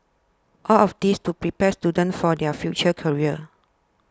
all of this to prepare students for their future career